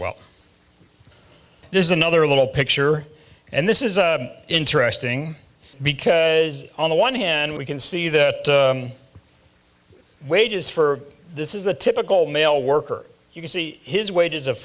well there's another little picture and this is interesting because on the one hand we can see the wages for this is the typical male worker you can see his wages of